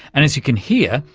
and, as you can hear,